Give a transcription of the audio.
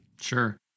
Sure